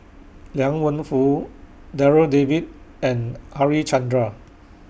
Liang Wenfu Darryl David and Harichandra